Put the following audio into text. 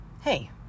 hey